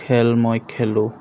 খেল মই খেলোঁ